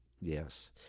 yes